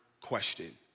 question